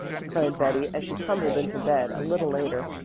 declared betty, as she tumbled into bed a little later.